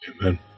amen